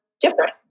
different